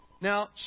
Now